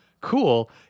cool